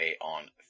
on